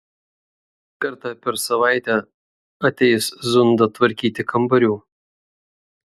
kartą per savaitę ateis zunda tvarkyti kambarių